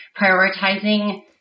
prioritizing